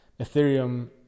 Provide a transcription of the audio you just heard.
Ethereum